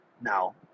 Now